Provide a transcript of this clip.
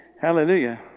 hallelujah